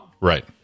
right